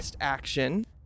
action